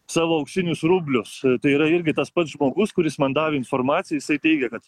savo auksinius rublius tai yra irgi tas pats žmogus kuris man davė informaciją jisai teigia kad